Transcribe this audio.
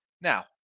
Now